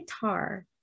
guitar